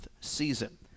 season